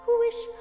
wish